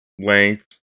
length